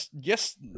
yes